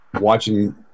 watching